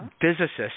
physicists